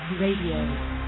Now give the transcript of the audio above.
Radio